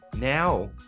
now